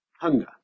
hunger